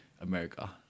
America